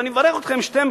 ואני מברך אתכם שאתם